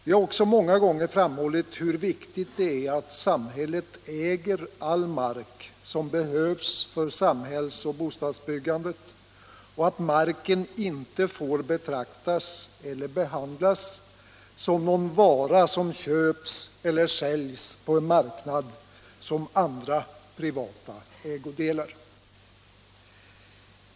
Vi har också många gånger framhållit hur viktigt det är att samhället äger all mark som behövs för samhälls och bostadsbyggande, och att marken inte får betraktas eller behandlas som någon vara som köps eller säljs på en marknad, som andra privata ägodelar.